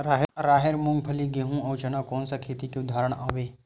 राहेर, मूंगफली, गेहूं, अउ चना कोन सा खेती के उदाहरण आवे?